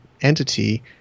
entity